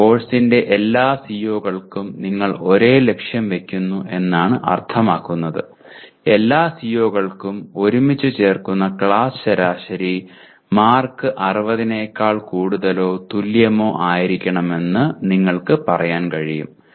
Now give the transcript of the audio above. ഒരു കോഴ്സിന്റെ എല്ലാ CO കൾക്കും നിങ്ങൾ ഒരേ ലക്ഷ്യം വെക്കുന്നു എന്നാണ് അർത്ഥമാക്കുന്നത് എല്ലാ CO കൾക്കും ഒരുമിച്ച് ചേർക്കുന്ന ക്ലാസ് ശരാശരി മാർക്ക് 60 മാർക്കിനേക്കാൾ കൂടുതലോ തുല്യമോ ആയിരിക്കണമെന്ന് നിങ്ങൾക്ക് പറയാൻ കഴിയും